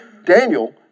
Daniel